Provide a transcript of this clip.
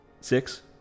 six